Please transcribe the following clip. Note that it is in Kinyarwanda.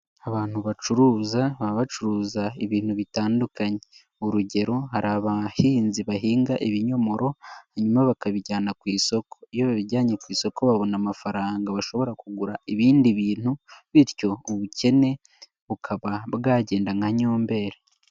Abantu bacuruza, baba bacuruza ibintu bitandukanye, urugero hari abahinzi bahinga ibinyomoro hanyuma bakabijyana ku isoko, iyo babijyanye ku isoko babona amafaranga bashobora kugura ibindi bintu, bityo ubukene bukaba bwagenda nka nyomberi.